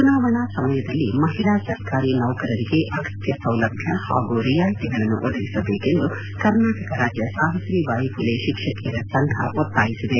ಚುನಾವಣಾ ಸಮಯದಲ್ಲಿ ಮಹಿಳಾ ಸರ್ಕಾರಿ ನೌಕರರಿಗೆ ಅಗತ್ಯ ಸೌಲಭ್ಯ ಹಾಗೂ ರಿಯಾಯಿತಿಗಳನ್ನು ಒದಗಿಸಬೇಕೆಂದು ಕರ್ನಾಟಕ ರಾಜ್ಯ ಸಾವಿತ್ರಿ ಬಾಯಿ ಫುಲೆ ಶಿಕ್ಷಕಿಯರ ಸಂಘ ಒತ್ತಾಯಿಸಿದೆ